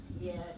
Yes